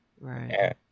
Right